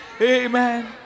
Amen